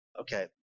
okay